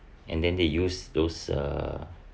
and then they use those uh